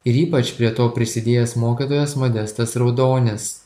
ir ypač prie to prisidėjęs mokytojas modestas raudonis